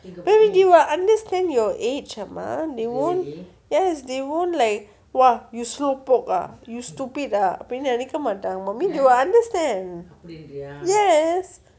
they will understand your age அம்மா:amma they won't they won't like !wah! you slow book ah you stupid ah அப்டின்னு நெனைக்க மாட்டாங்க:apdinu nenaikka maatangga mummy they will understand yes